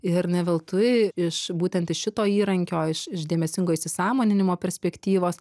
ir neveltui iš būtent iš šito įrankio iš iš dėmesingo įsisąmoninimo perspektyvos